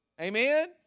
Amen